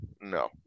No